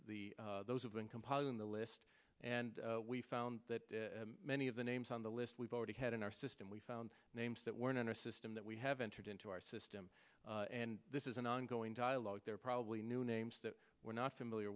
the the those who've been compiling the list and we've found that many of the names on the list we've already had in our system we found names that were in our system that we have entered into our system and this is an ongoing dialogue there probably new names that we're not familiar